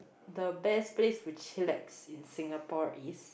the best place to chillax in Singapore is